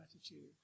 attitude